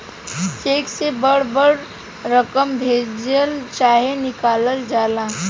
check से बड़ बड़ रकम भेजल चाहे निकालल जाला